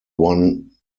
won